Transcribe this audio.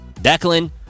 Declan